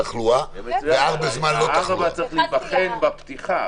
המקדם צריך להיבחן בפתיחה.